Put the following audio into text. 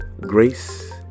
Grace